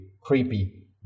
creepy